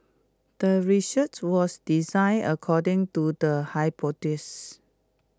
the research was designed according to the hypothesis